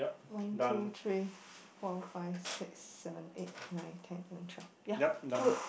one two three four five six seven eight nine ten eleven twelve ya good